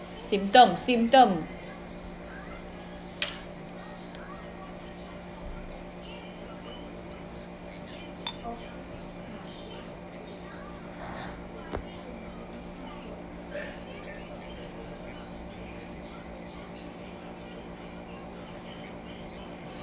symptom symptom